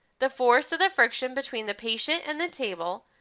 the force of the friction between the patient and the table,